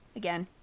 again